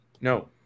No